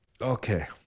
Okay